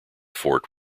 fort